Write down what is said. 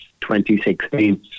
2016